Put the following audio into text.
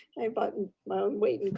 i button my own weight and